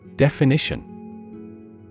Definition